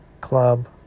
Club